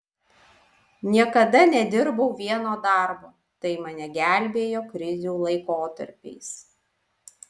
niekada nedirbau vieno darbo tai mane gelbėjo krizių laikotarpiais